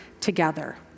together